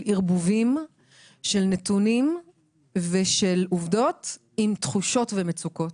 ערבובים של נתונים ושל עובדות עם תחושות ומצוקות,